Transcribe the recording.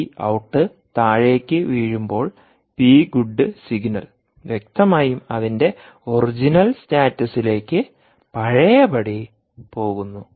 V out താഴേക്ക് വീഴുമ്പോൾപി good signal വ്യക്തമായും അതിന്റെ ഒറിജിനൽ സ്റ്റാറ്റസിലേക്ക് പഴയപടി പോകുന്നു